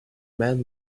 men